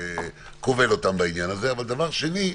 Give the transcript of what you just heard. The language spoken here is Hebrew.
כובל אותם בעניין הזה, ודבר שני,